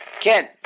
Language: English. Ken